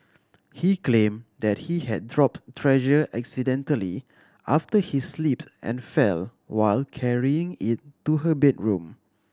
he claimed that he had dropped treasure accidentally after he slipped and fell while carrying it to her bedroom